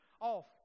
off